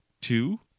two